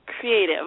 creative